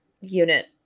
unit